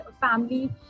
family